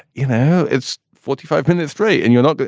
you know, it's forty five minutes straight and you're not.